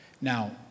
Now